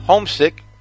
Homesick